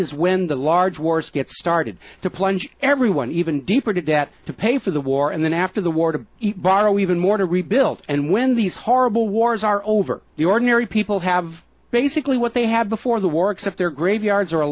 is when the large wars get started to plunge everyone even deeper debt to pay for the war and then after the war to borrow even more to rebuild and when these horrible wars are over the people have basically what they had before the war except their graveyards are a